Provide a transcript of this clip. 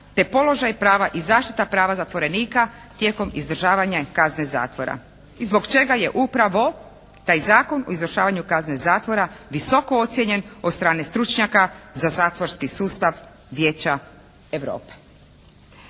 te položaj prava i zaštita prava zatvorenika tijekom izdržavanja kazne zatvora i zbog čega je upravo taj Zakon o izvršavanju kazne zatvora visoko ocijenjen od strane stručnjaka za zatvorski sustav Vijeća Europe.